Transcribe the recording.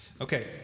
Okay